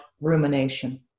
rumination